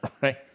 right